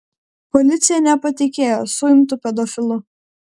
policija nepatikėjo suimtu pedofilu